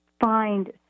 Find